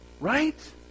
Right